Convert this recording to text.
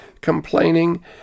complaining